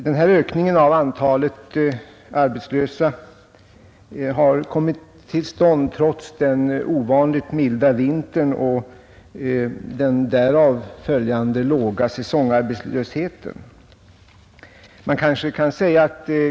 Denna ökning av antalet arbetslösa har kommit till stånd trots den ovanligt milda vintern och den därav följande låga säsongarbetslösheten.